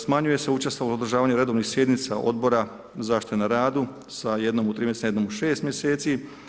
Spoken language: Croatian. Smanjuje se učestvovanje, održavanje redovnih sjednica odbora zaštite na radu sa jednom u 3, sa jednom u 6 mjeseci.